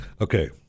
Okay